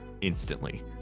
instantly